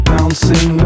Bouncing